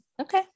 okay